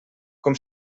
com